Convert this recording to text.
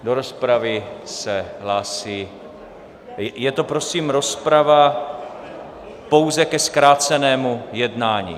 Do rozpravy se hlásí je to prosím rozprava pouze ke zkrácenému jednání.